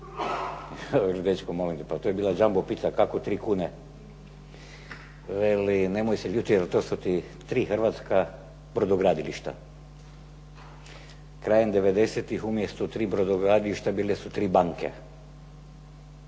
pa to je bila jumbo pizza kako 3 kuna, veli nemoj se ljutiti to su ti 3 Hrvatska brodogradilišta. Krajem 90-tih umjesto tri brodogradilišta bile su tri banke,